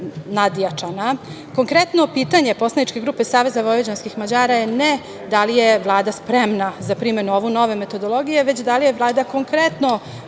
nadjačana. Konkretno pitanje poslaničke grupe Saveza vojvođanskih Mađara je ne da li je Vlada spremna za primenu ove nove metodologije, već da li je Vlada konkretno